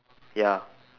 ya